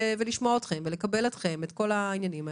ולשמוע אתכם ולקבל את כל העניינים האלה.